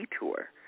detour